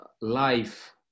life